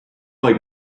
have